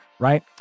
right